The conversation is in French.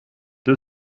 deux